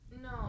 No